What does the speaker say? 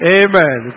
amen